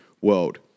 world